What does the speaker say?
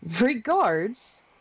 Regards